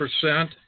percent